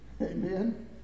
Amen